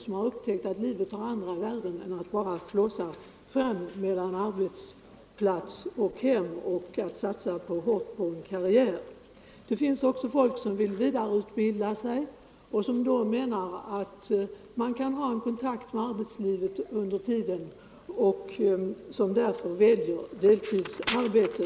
De har kanske upptäckt att livet har andra värden än att bara slussas mellan arbetsplats och hem eller att satsa hårt på karriären. Likaså finns det många människor som vill vidareutbilda sig och som menar att de under den tiden vill ha kontakt med arbetslivet och därför väljer deltidsarbete.